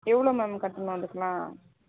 எவ்வளோ மேம் கட்டணும் அதுக்கெல்லாம்